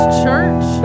church